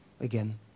again